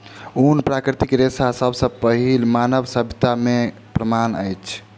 ऊन प्राकृतिक रेशा के सब सॅ पहिल मानव सभ्यता के प्रमाण अछि